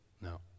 No